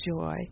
joy